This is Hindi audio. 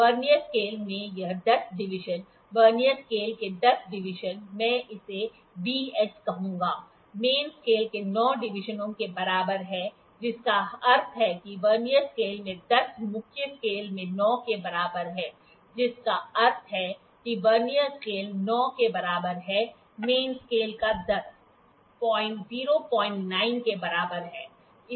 वर्नियर स्केल के यह 10 डिवीजन वर्नियर स्केल के 10 डिवीजन मैं इसे VS कहूंगा मेन स्केल के 9 डिवीजनों के बराबर है जिसका अर्थ है कि वर्नियर स्केल में 10 मुख्य स्केल में 9 के बराबर है जिसका अर्थ है कि वर्नियर स्केल 9 के बराबर है मेन स्केल का 10 09 के बराबर है